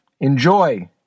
Enjoy